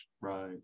Right